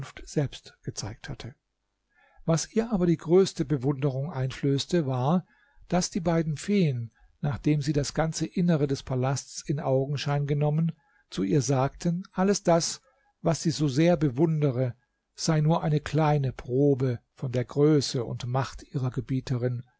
selbst gezeigt hatte was ihr aber die größte bewunderung einflößte war daß die beiden feen nachdem sie das ganze innere des palasts in augenschein genommen zu ihr sagten alles das was sie so sehr bewundere sei nur eine kleine probe von der größe und macht ihrer gebieterin